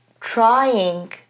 trying